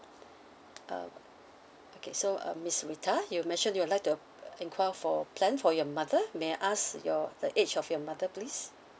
uh okay so um miss rita you mentioned you would like to uh enquire for plan for your mother may I ask your the age of your mother please